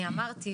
אני אמרתי,